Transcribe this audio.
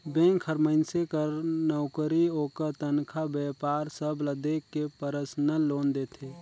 bank हर मइनसे कर नउकरी, ओकर तनखा, बयपार सब ल देख के परसनल लोन देथे